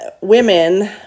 women